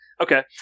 Okay